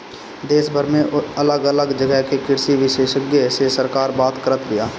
देशभर में अलग अलग जगह के कृषि विशेषग्य से सरकार बात करत बिया